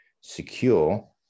secure